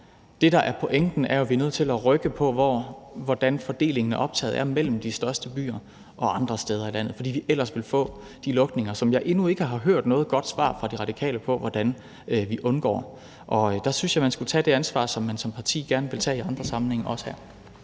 Det, der er pointen, er jo, at vi er nødt til at rykke på, hvordan fordelingen af optaget er mellem de største byer og andre steder i landet, fordi vi ellers vil få de lukninger, som jeg endnu ikke har hørt noget godt svar fra De Radikale på hvordan vi undgår. Der synes jeg at man skulle tage det ansvar, som man som parti også gerne vil tage i andre sammenhænge.